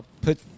put